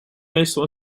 meestal